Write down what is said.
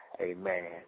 amen